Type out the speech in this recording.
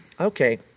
okay